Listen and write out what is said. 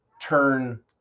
turn